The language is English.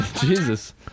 Jesus